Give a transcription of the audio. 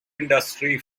industry